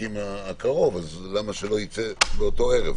העסקים הקרוב, אז למה שלא תצא הודעה באותו ערב?